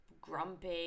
grumpy